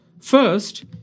First